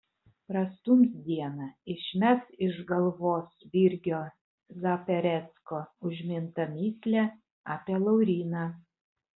prastums dieną išmes iš galvos virgio zaperecko užmintą mįslę apie lauryną